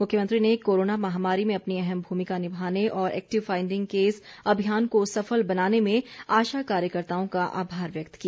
मुख्यमंत्री ने कोरोना महामारी में अपनी अहम भूमिका निभाने और एक्टिव फाईडिंग केस अभियान को सफल बनाने में आशा कार्यकर्ताओं का आभार व्यक्त किया